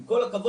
עם כל הכבוד,